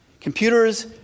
Computers